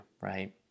right